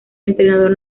entrenador